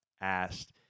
asked